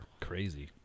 Crazy